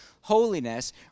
holiness